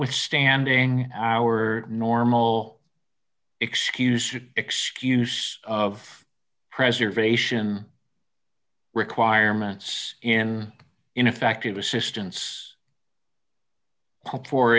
withstanding our normal excuse it excuse of preservation requirements in ineffective assistance hope for